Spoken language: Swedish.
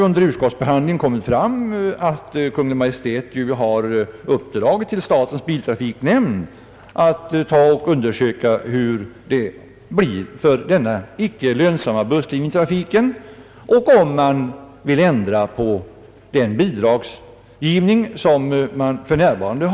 Under utskottsbehandlingen framkom att Kungl. Maj:t uppdragit till statens biltrafiknämnd att undersöka den icke lönsamma busslinjetrafiken för att se om man bör ändra på den bidragsgivning som sker för närvarande.